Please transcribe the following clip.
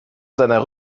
seiner